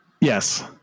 Yes